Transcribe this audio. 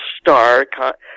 star